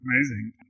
Amazing